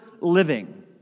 living